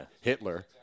Hitler